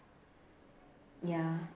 ya